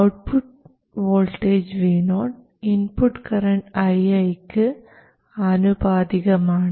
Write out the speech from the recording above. output voltage vo input current ii ക്ക് ആനുപാതികമാണ്